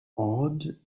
awed